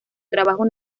trabajo